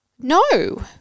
No